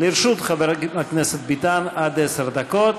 לרשות חבר הכנסת ביטן עד עשר דקות.